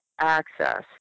access